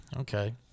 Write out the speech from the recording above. Okay